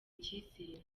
icyizere